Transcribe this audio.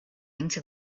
into